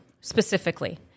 specifically